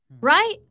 right